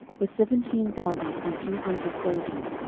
were seventeen thousand and two hundred soldiers,